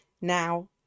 now